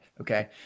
Okay